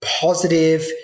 positive